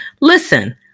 Listen